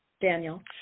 Daniel